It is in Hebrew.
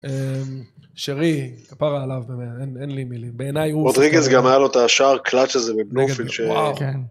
שרי כפרה עליו במה, אין לי מילים, בעיניי הוא... רודריגס גם היה לו את השאר קלאץ' הזה בפנופל ש...